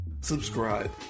subscribe